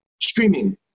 streaming